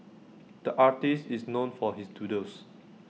the artist is known for his doodles